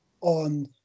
on